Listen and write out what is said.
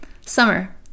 summer